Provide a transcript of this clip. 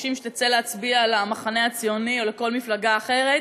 מבקשים שתצא להצביע למחנה הציוני או לכל מפלגה אחרת,